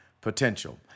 potential